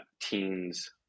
teens